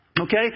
Okay